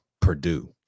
Purdue